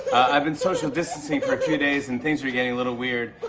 i've been social-distancing for a few days, and things are getting a little weird.